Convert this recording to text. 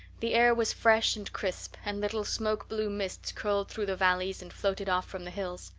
the air was fresh and crisp, and little smoke-blue mists curled through the valleys and floated off from the hills.